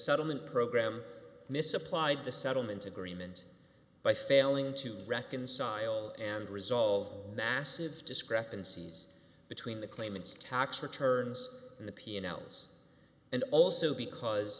settlement program misapplied the settlement agreement by failing to reconcile and resolve massive discrepancies between the claimants tax returns and the p n l's and also because